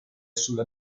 sulla